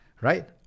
right